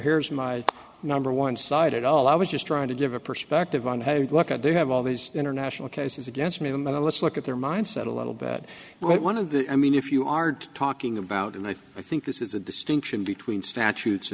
here's my number one sided all i was just trying to give a perspective on how you look at they have all these international cases against me and let's look at their mindset a little bit but one of the i mean if you are talking about and i think i think this is a distinction between statutes